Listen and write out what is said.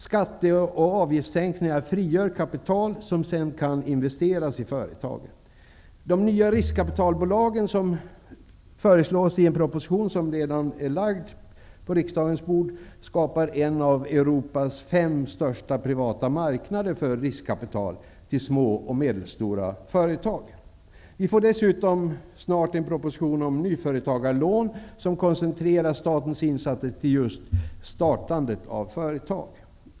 Skatte och avgiftssänkningar frigör kapital som kan investeras i företagen. De nya riskkapitalbolag som föreslås i en proposition som redan är lagd på riksdagens bord skapar en av Europas fem största privata marknader för riskkapital till små och medelstora företag. Vi får dessutom en proposition om nyföretagarlån, som koncentrerar statens insatser just till startandet av företag.